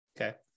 okay